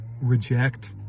reject